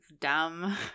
dumb